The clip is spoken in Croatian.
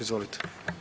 Izvolite.